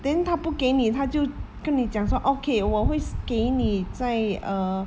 then 它不给你它就跟你讲说 okay 我会给你在 err